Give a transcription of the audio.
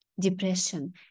depression